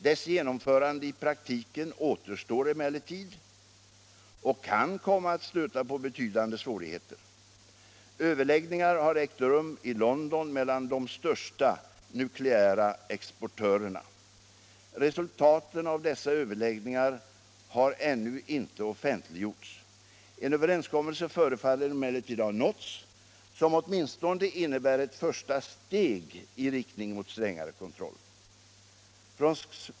Dess genomförande i praktiken återstår emellertid och kan komma att stöta på betydande svårigheter. Överläggningar har ägt rum i London mellan de största nukleära exportörerna. Resultaten av dessa överläggningar har ännu inte offentliggjorts. En överenskommelse förefaller emellertid ha nåtts som åtminstone innebär ett första steg i riktning mot strängare kontroll.